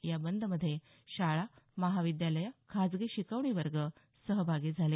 या बंद मध्ये शाळा महाविद्यालयं खाजगी शिकवणी वर्ग सहभागी झाले